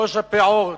ראש הפעור.